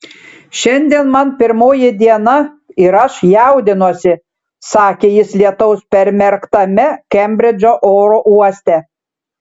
šiandien man pirmoji diena ir aš jaudinuosi sakė jis lietaus permerktame kembridžo oro uoste